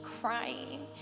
crying